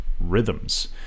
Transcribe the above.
Rhythms